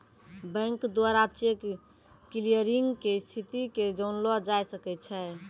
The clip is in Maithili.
बैंक द्वारा चेक क्लियरिंग के स्थिति के जानलो जाय सकै छै